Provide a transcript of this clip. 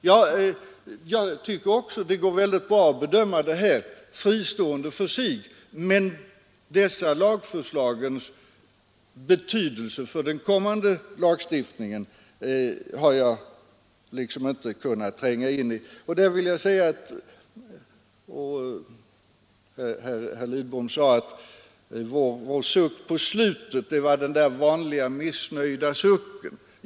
Jag tycker nog också att det går mycket bra att bedöma detta fristående, men dessa lagförslags betydelse för den kommande lagstiftningen kan ingen i dag tränga in i. Herr Lidbom sade att vår suck på slutet var den där vanliga missnöjda sucken.